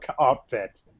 outfit